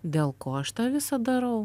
dėl ko aš tą visa darau